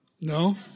No